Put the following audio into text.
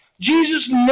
Jesus